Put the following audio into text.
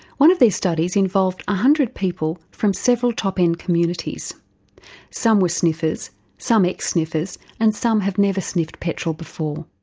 one of these studies involved one ah hundred people from several top end communities some were sniffers, some ex-sniffers and some have never sniffed petrol before.